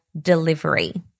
delivery